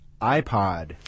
iPod